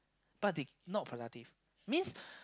but they not productive means